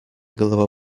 голова